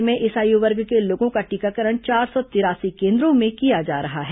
राज्य में इस आयु वर्ग के लोगों का टीकाकरण चार सौ तिरासी केन्द्रों में किया जा रहा है